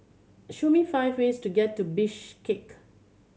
show me five ways to get to Bishkek